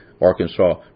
Arkansas